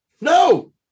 No